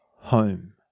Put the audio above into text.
home